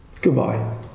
Goodbye